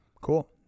Cool